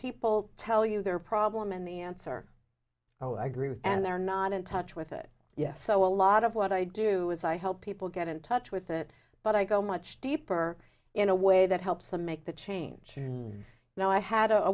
people tell you their problem and the answer oh i agree with and they're not in touch with it yes so a lot of what i do is i help people get in touch with it but i go much deeper in a way that helps them make the change you know i had